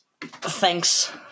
thanks